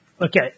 Okay